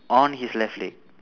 on his left leg